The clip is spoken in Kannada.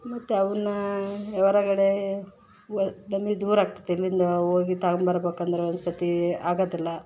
ಮತ್ತು ಅವನ್ನು ಹೊರಗಡೆ ನಮಗ್ ದೂರ ಆಗ್ತತೆ ಇಲ್ಲಿಂದ ಹೋಗಿ ತಗೊಂಬರ್ಬೇಕಂದ್ರೆ ಒಂದುಸತಿ ಆಗೋದಿಲ್ಲ